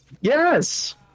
Yes